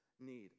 need